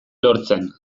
lortzen